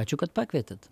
ačiū kad pakvietėt